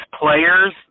players